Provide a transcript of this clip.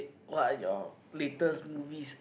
what are your latest movies